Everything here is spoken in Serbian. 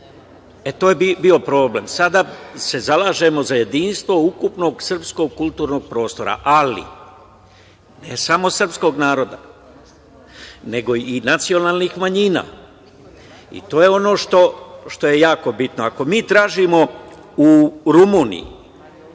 To je bio problem. Sada se zalažemo za jedinstvo ukupnog srpskog kulturnog prostora, ali ne samo srpskog naroda, nego i nacionalnih manjina. To je ono što je jako bitno. Ako mi tražimo u Rumuniji